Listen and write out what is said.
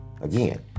again